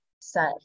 set